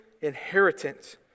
inheritance